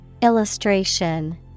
Illustration